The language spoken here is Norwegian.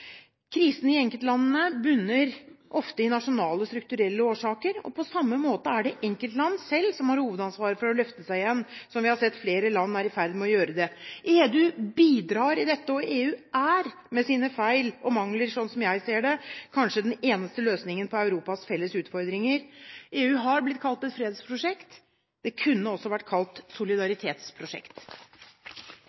Krisen i enkeltlandene bunner ofte i nasjonale strukturelle forhold. På samme måte er det enkeltland selv som har hovedansvaret for å løfte seg igjen, som vi har sett flere land er i ferd med å gjøre. EU bidrar i dette, og EU er med sine feil og mangler, slik som jeg ser det, kanskje den eneste løsningen på Europas felles utfordringer. EU har blitt kalt et fredsprosjekt. Det kunne også vært kalt